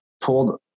pulled